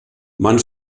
man